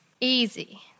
Easy